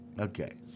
Okay